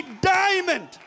diamond